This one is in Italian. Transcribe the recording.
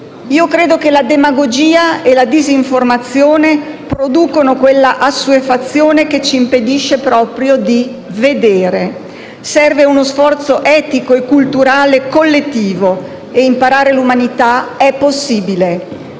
Credo che la demagogia e la disinformazione producano quella assuefazione che ci impedisce proprio di vedere. Serve uno sforzo etico e culturale collettivo. Imparare l'umanità è possibile.